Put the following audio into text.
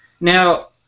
Now